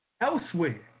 elsewhere